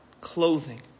clothing